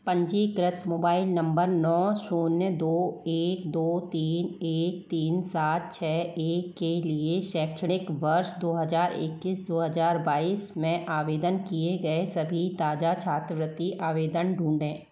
पंजीकृत mobile number नौ शून्य दो एक दो तीन एक तीन सात छः एक के लिए शैक्षणिक वर्ष दो हजार इक्कीस दो हजार बाइस में आवेदन किए गए सभी ताज़ा छात्रवृत्ति आवेदन ढूँढें